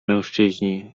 mężczyźni